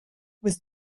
was